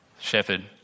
Shepherd